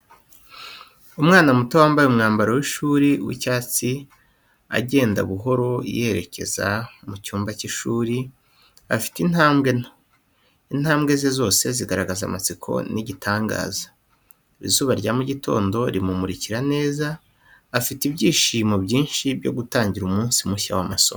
Umwana muto wambaye umwambaro w’ishuri w’icyatsi agenda buhoro, yerekeza mu cyumba cy’ishuri, afite intambwe nto. Intambwe ze zose zigaragaza amatsiko n’igitangaza. Izuba rya mu gitondo rimumurikira neza, afite ibyishimo byinshi byo gutangira umunsi mushya w’amasomo.